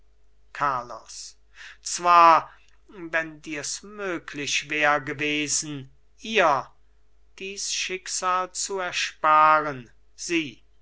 carlos zwar wenn dirs möglich wär gewesen ihr dies schicksal zu ersparen sieh